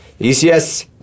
ECS